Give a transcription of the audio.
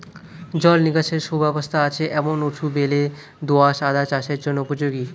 জল নিকাশের সুব্যবস্থা আছে এমন উঁচু বেলে দোআঁশ আদা চাষের জন্য উপযোগী